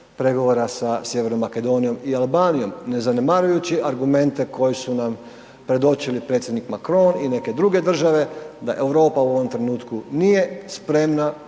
pregovora sa Sjevernom Makedonijom i Albanijom ne zanemarujući argumente koji su nam predočili predsjednik Macron i neke druge države da Europa u ovom trenutku nije spremna